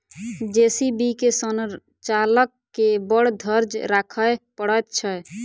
JCB के संचालक के बड़ धैर्य राखय पड़ैत छै